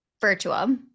Virtual